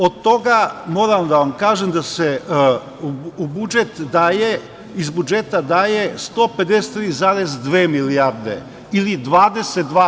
Od toga, moram da vam kažem, da se iz budžeta daje 153,2 milijarde ili 22%